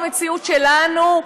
במציאות שלנו,